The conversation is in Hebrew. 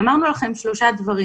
ואמרנו לכם שלושה דברים.